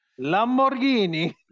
Lamborghini